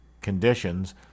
conditions